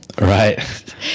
Right